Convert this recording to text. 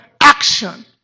action